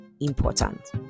important